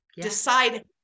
decide